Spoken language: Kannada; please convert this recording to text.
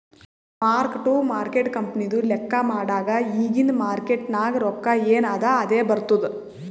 ಮಾರ್ಕ್ ಟು ಮಾರ್ಕೇಟ್ ಕಂಪನಿದು ಲೆಕ್ಕಾ ಮಾಡಾಗ್ ಇಗಿಂದ್ ಮಾರ್ಕೇಟ್ ನಾಗ್ ರೊಕ್ಕಾ ಎನ್ ಅದಾ ಅದೇ ಬರ್ತುದ್